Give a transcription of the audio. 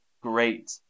great